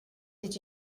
did